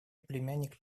племянник